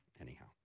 Anyhow